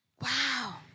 Wow